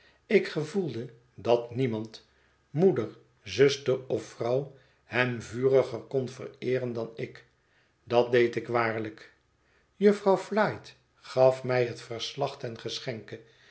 ik gevoelde dat niemand moeder zuster of vrouw hem vuriger kon vereeren dan ik dat deed ik waarlijk jufvrouw flite gaf mij het verslag ten geschenke